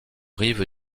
rive